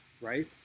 right